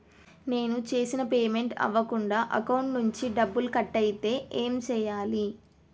నేను చేసిన పేమెంట్ అవ్వకుండా అకౌంట్ నుంచి డబ్బులు కట్ అయితే ఏం చేయాలి?